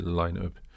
line-up